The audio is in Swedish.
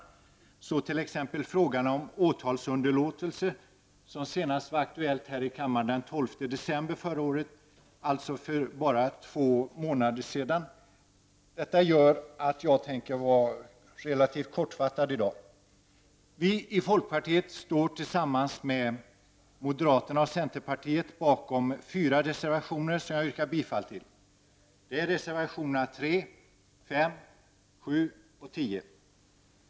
Det gäller t.ex. frågan om åtalsunderlåtelse, som var aktuell här i kammaren den 12 december förra året, alltså för bara två månader sedan. Detta gör att jag tänker vara relativt kortfattad i dag. Vi i folkpartiet står tillsammans med moderata samlingspartiet och centerpartiet bakom fyra reservationer, som jag yrkar bifall till. Det är reservationerna 3, 5, 7 och 10.